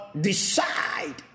decide